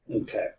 Okay